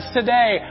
today